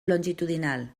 longitudinal